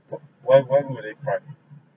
what when when will it prime